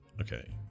okay